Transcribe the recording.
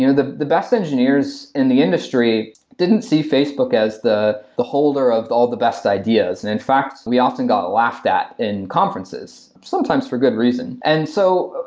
you know the the best engineers in the industry didn't see facebook as the the holder of the all the best ideas. and in fact, we often got laughed at in conferences, sometimes for a good reason. and so,